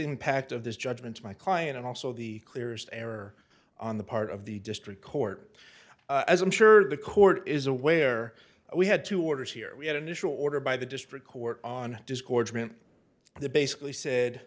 impact of this judgment of my client and also the clearest error on the part of the district court as i'm sure the court is aware we had two orders here we had an issue ordered by the district court on disgorgement they basically said